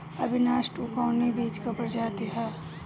अविनाश टू कवने बीज क प्रजाति ह?